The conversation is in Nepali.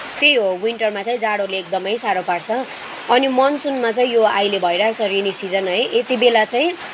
त्यही हो विन्टरमा चाहिँ जाडोले एकदमै साह्रो पार्छ अनि मनसुनमा चाहिँ यो अहिले भइराखेको छ रेनी सिजन है यति बेला चाहिँ